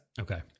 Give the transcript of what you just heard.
okay